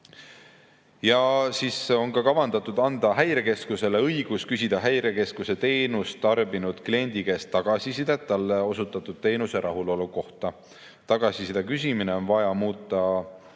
Ja siis on kavandatud anda Häirekeskusele õigus küsida Häirekeskuse teenust tarbinud kliendi käest tagasisidet talle osutatud teenusega rahulolu kohta. Tagasiside küsimine on vaja muuta